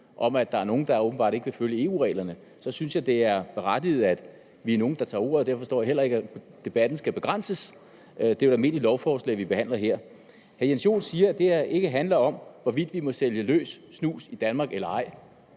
om, at der åbenbart er nogle, der ikke vil følge EU-reglerne – og så synes jeg også, det er legitimt og berettiget, at vi er nogle, der tager ordet, og derfor forstår jeg heller ikke, at debatten skal begrænses. Det er jo et almindeligt lovforslag, vi behandler her. Hr. Jens Joel siger, at det her ikke handler om, hvorvidt vi må sælge løs snus i Danmark.